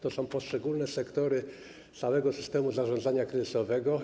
To są poszczególne sektory całego systemu zarządzania kryzysowego.